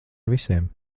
visiem